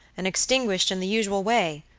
and extinguished in the usual way,